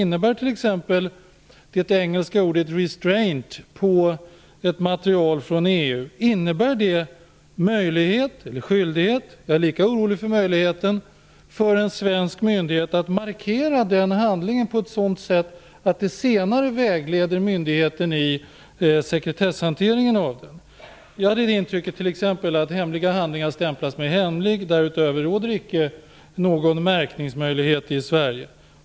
Innebär t.ex. det engelska ordet "restraint" på ett material från EU möjlighet eller skyldighet - jag är lika orolig för möjligheten - för en svensk myndighet att markera den handlingen på ett sådant sätt att det senare vägleder myndigheten i sekretesshanteringen av den? Jag hade intrycket att hemliga handlingar stämplas med hemlig. Därutöver råder icke någon märkningsmöjlighet i Sverige.